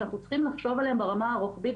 ושאנחנו צריכים לחשוב על זה ברמה הרוחבית,